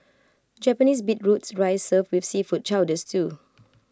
Japanese beetroots rice served with seafood chowder stew